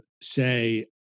say